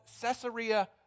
Caesarea